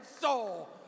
soul